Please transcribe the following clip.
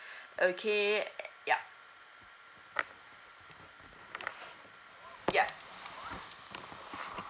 okay yeah